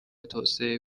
توسعه